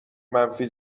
منفی